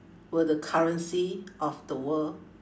were the currency of the world